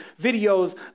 videos